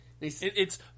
It's-